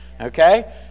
Okay